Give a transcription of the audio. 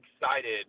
excited